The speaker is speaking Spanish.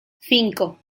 cinco